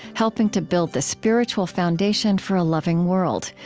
helping to build the spiritual foundation for a loving world.